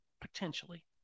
Potentially